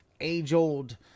age-old